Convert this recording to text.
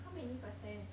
how many percent